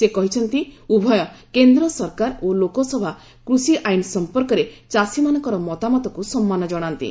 ସେ କହିଛନ୍ତି ଉଭୟ କେନ୍ଦ୍ର ସରକାର ଓ ଲୋକସଭା କୃଷି ଆଇନ ସମ୍ପର୍କରେ ଚାଷୀମାନଙ୍କର ମତାମତକୁ ସମ୍ମାନ ଜଣାନ୍ତି